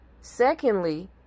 Secondly